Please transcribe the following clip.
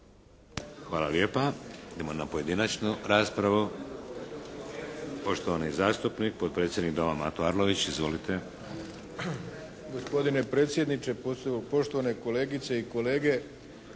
Hvala lijepa. Idemo na pojedinačnu raspravu. Poštovani zastupnik, potpredsjednik Doma, Mato Arlović. Izvolite. **Arlović, Mato (SDP)** Gospodine predsjedniče, poštovane kolegice i kolege.